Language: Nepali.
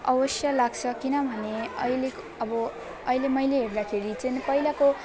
अवश्य लाग्छ किनभने अहिले अब अहिले मैले हेर्दाखेरि चाहिँ पहिलाको